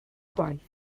gwaith